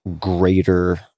greater